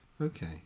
okay